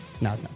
No